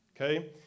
Okay